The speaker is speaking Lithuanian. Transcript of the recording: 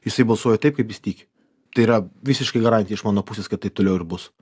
jisai balsuoja taip kaip jis tiki tai yra visiškai garantija iš mano pusės kad taip toliau ir bus